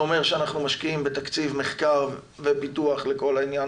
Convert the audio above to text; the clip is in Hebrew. זה אומר שאנחנו משקיעים בתקציב מחקר ופיתוח לכל העניין